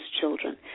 children